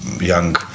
young